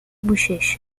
bochecha